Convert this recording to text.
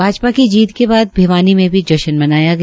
भाजपा की जीत के बाद भिवानी में भी जश्न मनाया गया